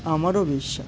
আমারও বিশ্বাস